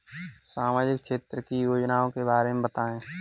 सामाजिक क्षेत्र की योजनाओं के बारे में बताएँ?